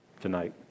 tonight